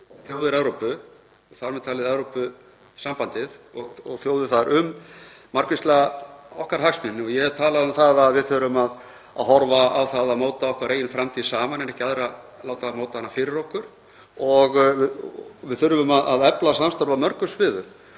þjóðir Evrópu, þar með talið Evrópusambandið og þjóðir þar, um margvíslega hagsmuni okkar. Ég hef talað um að við þurfum að horfa á það að móta okkar eigin framtíð saman en ekki láta aðra móta hana fyrir okkur og við þurfum að efla samstarf á mörgum sviðum.